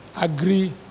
agree